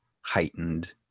heightened